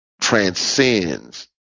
transcends